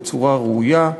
בצורה ראויה,